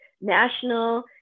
national